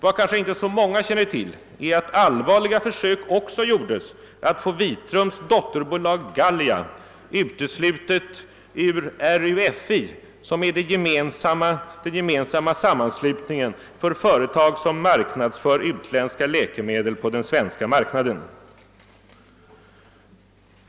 Vad kanske inte så många känner till är att allvarliga försök också gjordes för att få Vitrums dotterbolag Gallia uteslutet ur RUFI, vilket är den gemensamma sammanslutningen för företag som marknadsför utländska läkemedel på den svenska marknaden.